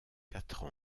quatre